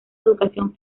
educación